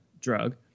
drug